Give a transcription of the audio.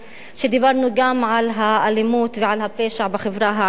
כשדיברנו גם על האלימות והפשע בחברה הערבית.